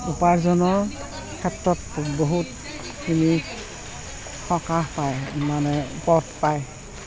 উপাৰ্জনৰ ক্ষেত্ৰত বহুতখিনি সকাহ পায় মানে পথ পায়